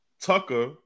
Tucker